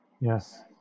Yes